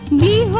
me